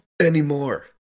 anymore